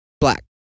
black